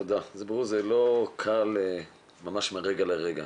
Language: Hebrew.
ברור שזה לא קל מהרגע להרגע.